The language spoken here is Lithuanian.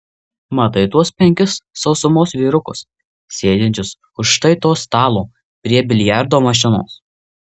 matai tuos penkis sausumos vyrukus sėdinčius už štai to stalo prie biliardo mašinos